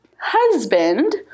husband